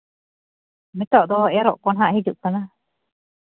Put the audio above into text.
ᱱᱤᱛᱚᱜ ᱫᱚ ᱮᱨᱚᱜ ᱠᱚ ᱦᱟᱸᱜ ᱦᱤᱡᱩᱜ ᱠᱟᱱᱟ